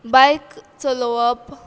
बायक चलोवप